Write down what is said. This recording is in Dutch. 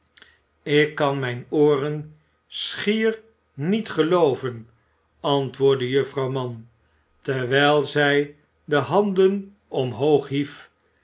ik kan mijn ooren schier niet gelooven antwoordde juffrouw mann terwijl zij de handen omhoog hief